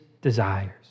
desires